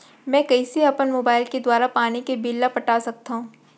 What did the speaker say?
मैं कइसे अपन मोबाइल के दुवारा पानी के बिल ल पटा सकथव?